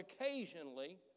occasionally